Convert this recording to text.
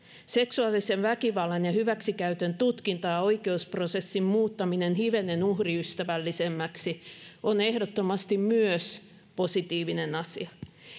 seksuaalisen väkivallan ja hyväksikäytön tutkinta ja oikeusprosessin muuttaminen hivenen uhriystävällisemmäksi on myös ehdottomasti positiivinen asia